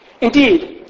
Indeed